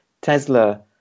Tesla